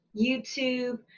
YouTube